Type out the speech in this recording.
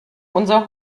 unser